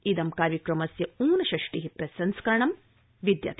इदं कार्यक्रमस्य ऊनषष्टि संस्करणं विद्यते